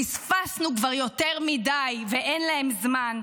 פספסנו כבר יותר מדי, ואין להם זמן.